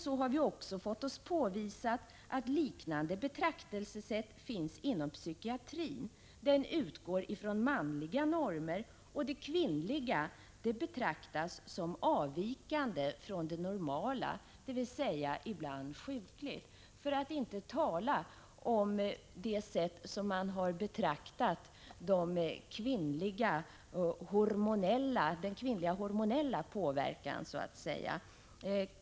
Vi har också fått oss påvisat att liknande betraktelsesätt finns inom psykiatrin. Den utgår från manliga normer, och det kvinnliga betraktas som avvikande från det normala, dvs. ibland sjukligt. Vi kan t.ex. se på hur man har betraktat den hormonella påverkan som kvinnor är utsatta för.